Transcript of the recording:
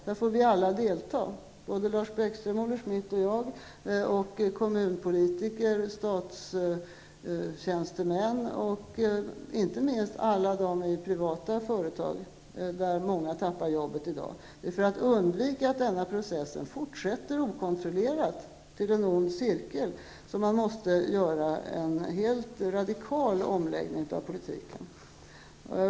Där får vi alla delta, Lars Bäckström, Olle Schmidt, jag, kommunalpolitiker, statstjäntemän och inte minst alla i privata företag där många förlorar jobb i dag. För att undvika att denna process fortsätter okontrollerat till en ond cirkel måste vi genomföra en helt radikal omläggning av politiken.